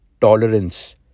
tolerance